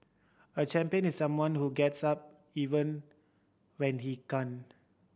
a champion is someone who gets up even when he can't